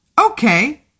Okay